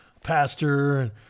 pastor